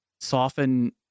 soften